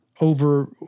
over –